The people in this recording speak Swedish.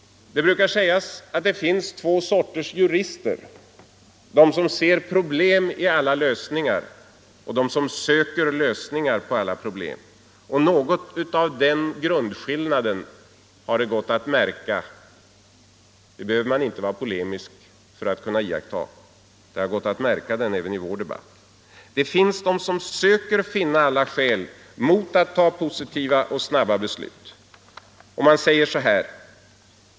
Det brukar sägas att det finns två sorters jurister: de som ser problem i alla lösningar och de som söker lösningar på alla problem. Något av den grundskillnaden har det gått att märka — det behöver man inte vara polemisk för att kunna iaktta — även i vår debatt. Det finns de som söker hitta alla skäl mor att ta positiva och snabba beslut.